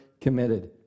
committed